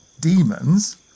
demons